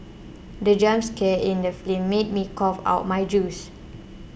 the jump scare in the film made me cough out my juice